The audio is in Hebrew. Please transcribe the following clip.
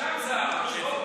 שם זה הרעש, לא פה.